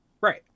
Right